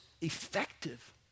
effective